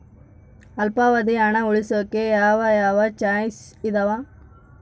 ಅಲ್ಪಾವಧಿ ಹಣ ಉಳಿಸೋಕೆ ಯಾವ ಯಾವ ಚಾಯ್ಸ್ ಇದಾವ?